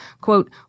quote